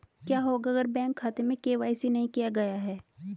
क्या होगा अगर बैंक खाते में के.वाई.सी नहीं किया गया है?